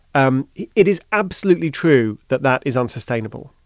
um it it is absolutely true that that is unsustainable.